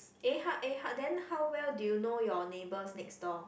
eh how eh how then how well do you know your neighbors next door